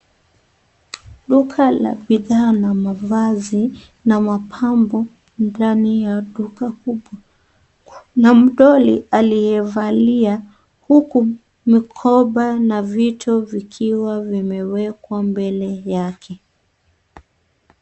Duka la bidhaa na mavazi na mapambo ndani ya duka kubwa. Kuna mdoli aliyevalia huku mikoba na vitu vikiwa vimewekwa mbele yake .